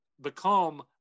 become